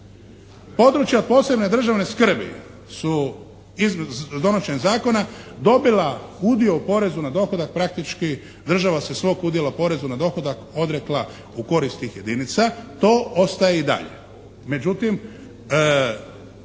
Područja od posebne državne skrbi su donošenjem zakona dobila udio u porezu na dohodak, praktički država se svog udjela u porezu na dohodak odrekla u korist tih jedinica, to ostaje i dalje.